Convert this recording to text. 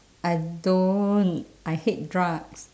I don't I hate drugs